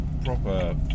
proper